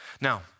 Now